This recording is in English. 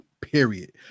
period